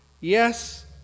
Yes